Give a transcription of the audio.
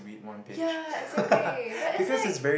ya exactly but it's like